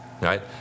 right